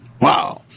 Wow